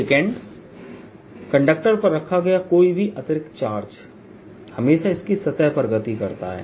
2 conductor पर रखा गया कोई भी अतिरिक्त चार्ज हमेशा इसकी सतह पर गति करता है